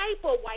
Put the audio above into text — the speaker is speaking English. white